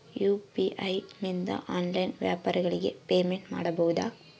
UPI ನಿಂದ online ವ್ಯಾಪಾರಗಳಿಗೆ payment ಮಾಡಬಹುದಾ?